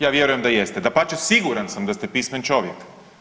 Ja vjerujem da jeste, dapače siguran sam da ste pismen čovjek.